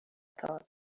thought